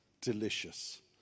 delicious